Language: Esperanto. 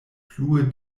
plue